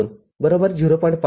२०